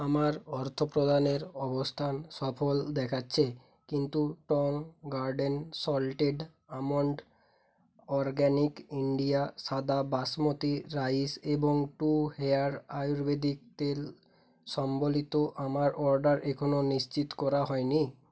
আমার অর্থপ্রদানের অবস্থান সফল দেখাচ্ছে কিন্তু Tong Garden salted almond organic India সাদা বাসমতি রাইস এবং টু হেয়ার আয়ুর্বেদিক তেল সম্বলিত আমার অর্ডার এখনও নিশ্চিত করা হয় নি